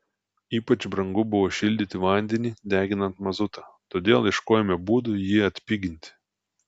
ypač brangu buvo šildyti vandenį deginant mazutą todėl ieškojome būdų jį atpiginti